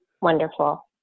Wonderful